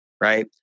right